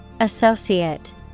Associate